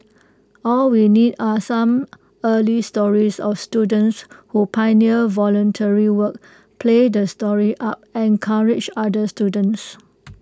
all we need are some early stories of students who pioneer voluntary work play the story up encourage other students